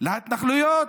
להתנחלויות,